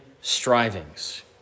strivings